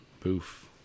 poof